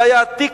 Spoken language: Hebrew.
זה היה ה"טיקט",